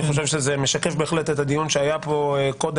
אני חושב שזה משקף את הדיון הקודם שהיה פה קודם,